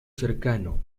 cercano